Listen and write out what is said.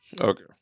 Okay